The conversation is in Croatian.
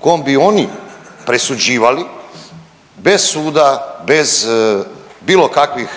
kojom bi oni presuđivali bez suda, bez bilo kakvih